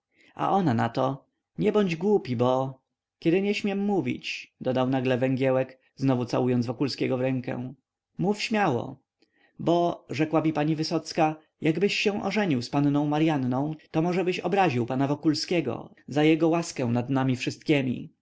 a ona nato nie bądź głupi bo kiedy nie śmiem mówić dodał nagle węgiełek znowu całując wokulskiego w rękę mów śmiało bo rzekła mi pani wysocka jakbyś się ożenił z panną maryanną to możebyś obraził pana wokulskiego za jego łaskę nad nami wszystkiemi